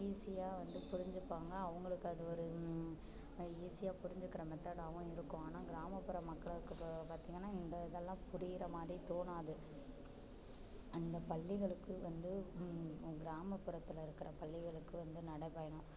ஈஸியாக வந்து புரிஞ்சிப்பாங்கள் அவங்களுக்கு அது ஒரு ஈஸியாக புரிஞ்சிக்கிற மெத்தர்ட்டாகவும் இருக்கும் ஆனால் கிராமப்புற மக்களுக்கு இப்போ பார்த்திங்கனா இந்த இதெல்லாம் புரிகிற மாதிரி தோணாது அந்த பள்ளிகளுக்கு வந்து கிராமப்புறத்தில் இருக்கிற பள்ளிகளுக்கு வந்து நடை பயணம்